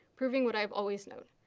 proving what i've always known.